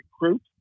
recruit